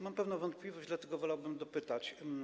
Mam pewną wątpliwość, dlatego wolałbym dopytać.